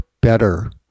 better